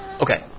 Okay